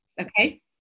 okay